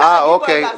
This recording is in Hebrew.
או.קיי.